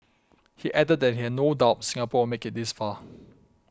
he added that he had no doubt Singapore make it this far